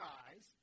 eyes